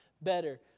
better